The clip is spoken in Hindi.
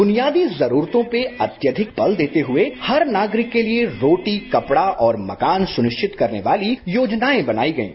ब्रुनियादी जरूरतों के पर अत्यधिक बल देते हुए हर नागरिक के लिए रोटी कपड़ा और मकान सुनिश्चित करने वाली योजनाएं बनाई गईं